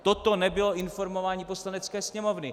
Toto nebylo informování Poslanecké sněmovny!